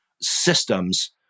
systems